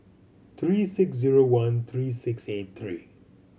three six zero one three six eight three